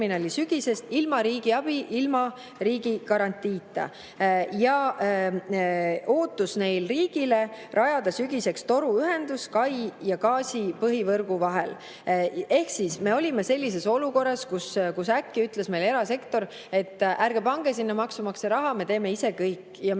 ilma riigi abita, ilma riigi garantiita. Nende ootus riigile: rajada sügiseks toruühendus kai ja gaasi põhivõrgu vahel. Ehk me olime olukorras, kus äkki ütles meile erasektor: "Ärge pange sinna maksumaksja raha, me teeme ise kõik ja me ei